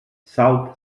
south